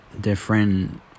different